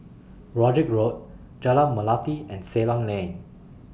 Road Jack Road Jalan Melati and Ceylon Lane